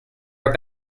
are